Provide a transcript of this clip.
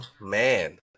man